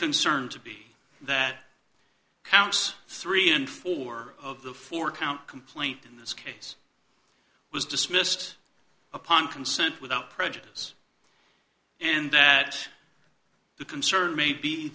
concern to be that house three and four of the four count complaint in this case was dismissed upon consent without prejudice and that the concern may be